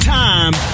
time